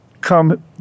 come